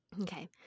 Okay